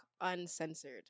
uncensored